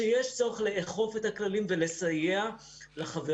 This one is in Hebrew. שיש צורך לאכוף את הכללים ולסייע לחברינו,